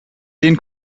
den